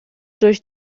durch